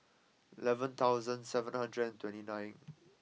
eleven thousand seven hundred and twenty nine